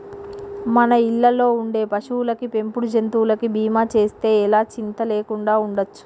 మన ఇళ్ళల్లో ఉండే పశువులకి, పెంపుడు జంతువులకి బీమా చేస్తే ఎలా చింతా లేకుండా ఉండచ్చు